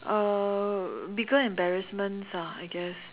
uh bigger embarrassments ah I guess